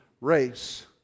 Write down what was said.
race